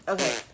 Okay